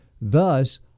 Thus